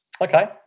Okay